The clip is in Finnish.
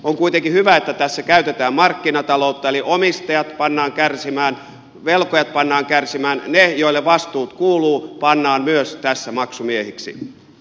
on kuitenkin hyvä että tässä käytetään markkinataloutta eli omistajat pannaan kärsimään velkojat pannaan kärsimään ne joille vastuut kuuluvat pannaan myös tässä maksumiehiksi